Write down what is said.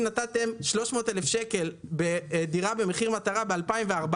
נתתם 300,000 שקל בדירה במחיר מטרה ב-2014,